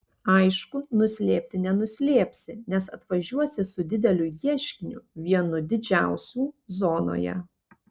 aišku nuslėpti nenuslėpsi nes atvažiuosi su dideliu ieškiniu vienu didžiausių zonoje